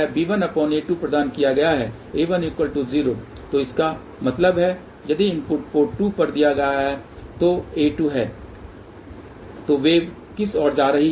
यह b1a2 प्रदान किया गया है a10 तो इसका मतलब है यदि इनपुट पोर्ट 2 पर दिया गया है जो a2 है तो वेव किस ओर जा रही है